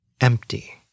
empty